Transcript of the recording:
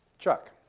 chuck,